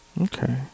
Okay